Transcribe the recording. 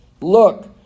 Look